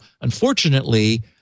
unfortunately